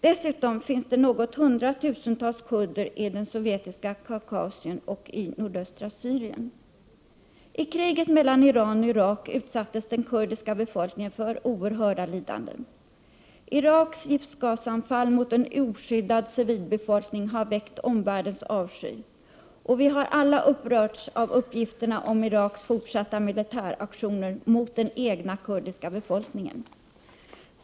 Dessutom finns det något hundratusental kurder i det sovjetiska Kaukasien och i nordöstra Syrien. I kriget mellan Iran och Irak utsattes den kurdiska befolkningen för oerhörda lidanden. Iraks giftgasanfall mot en oskyddad civilbefolkning har väckt omvärldens avsky, och vi har alla upprörts av uppgifterna om Iraks fortsatta militäraktioner mot den egna kurdiska befolkningen.